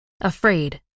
Afraid